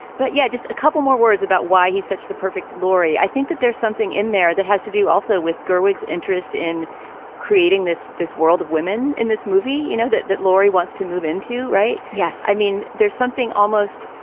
but yeah, just a couple more words about why he's such the perfect laurie. i think that there's something in there that has to do also with gerwig interest in creating this this world of women in this movie. you know that that laurie wants to move in, too, right? yes. i mean, there's something almost.